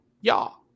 Y'all